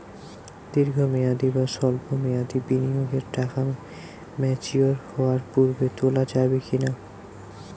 দীর্ঘ মেয়াদি বা সল্প মেয়াদি বিনিয়োগের টাকা ম্যাচিওর হওয়ার পূর্বে তোলা যাবে কি না?